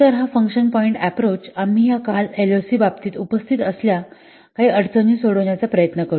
तर हा function points approach आम्ही या काही एलओसीच्या बाबतीत उपस्थित असल्या काही अडचणी सोडवण्याचा प्रयत्न करू